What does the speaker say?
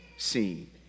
seen